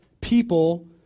people